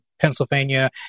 Pennsylvania